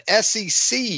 SEC